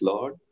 Lord